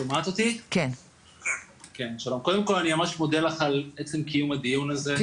קודם כל אני ממש מודה לך על עצם קיום הדיון הזה,